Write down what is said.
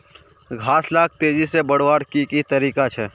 घास लाक तेजी से बढ़वार की की तरीका छे?